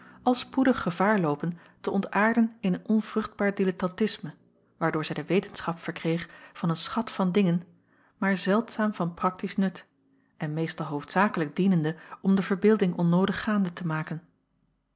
al spoedig gevaar loopen te ontaarden in een onvruchtbaar dilettantisme waardoor zij de wetenschap verkreeg van een schat van dingen maar zeldzaam van praktisch nut en meestal hoofdzakelijk dienende om de verbeelding onnoodig gaande te maken